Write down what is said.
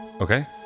Okay